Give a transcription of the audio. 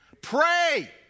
Pray